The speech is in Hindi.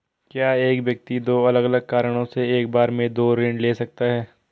क्या एक व्यक्ति दो अलग अलग कारणों से एक बार में दो ऋण ले सकता है?